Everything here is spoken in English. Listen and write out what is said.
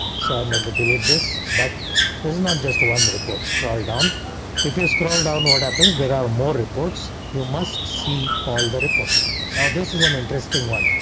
so i'm under delete this, but there is not just one report. scroll down if you scroll down what happens? there are more reports you must see the reports now. this is an interesting one.